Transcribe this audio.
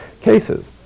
cases